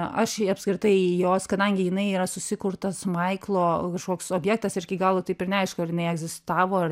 aš jį apskritai jos kadangi jinai yra susikurtas maiklo kažkoks objektas ir iki galo taip ir neaišku ar jinai egzistavo ar